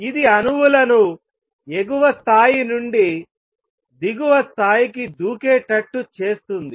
ఇది అణువులను ఎగువ స్థాయి నుండి దిగువ స్థాయికి దూకేటట్టు చేస్తుంది